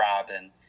Robin